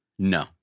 No